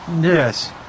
Yes